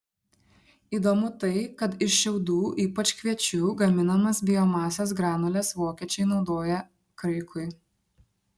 įdomu tai kad iš šiaudų ypač kviečių gaminamas biomasės granules vokiečiai naudoja kraikui